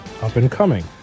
Up-and-coming